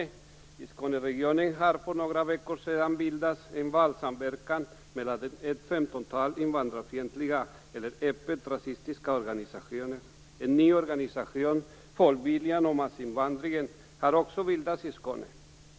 I Skåneregionen bildades för några veckor sedan en valsamverkan mellan ett femtontal invandrarfientliga eller öppet rasistiska organisationer. En ny organisation, Folkviljan och massinvandringen, har bildats i Skåne.